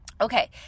Okay